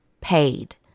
paid